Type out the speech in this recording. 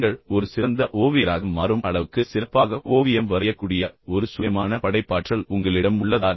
நீங்கள் ஒரு சிறந்த ஓவியராக மாறும் அளவுக்கு சிறப்பாக ஓவியம் வரையக்கூடிய ஒரு சுயமான படைப்பாற்றல் உங்களிடம் உள்ளதா